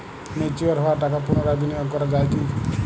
Mature হওয়া টাকা পুনরায় বিনিয়োগ করা য়ায় কি?